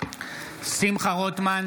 שמחה רוטמן,